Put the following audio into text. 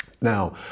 Now